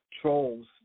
trolls